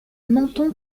menton